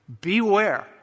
Beware